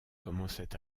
commençait